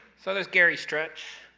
so, there's gary stretch